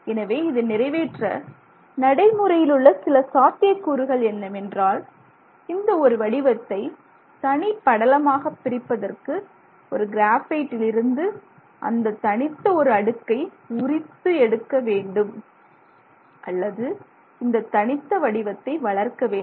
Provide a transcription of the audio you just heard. எனவே இதை நிறைவேற்ற நடைமுறையிலுள்ள சில சாத்தியக் கூறுகள் என்னவென்றால் இந்த ஒரு வடிவத்தை தனி படலமாக பிரிப்பதற்கு ஒன்று கிராபைட்டிலிருந்து அந்த தனித்த ஒரு அடுக்கை உரித்து எடுக்க வேண்டும் அல்லது இந்த தனித்த வடிவத்தை வளர்க்க வேண்டும்